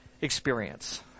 experience